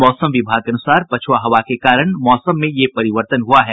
मौसम विभाग के अनुसार पछुआ हवा के कारण मौसम में ये परिवर्तन हुआ है